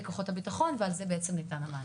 כוחות הביטחון ועל זה למעשה ניתן המענה.